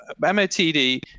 MOTD